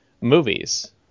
movies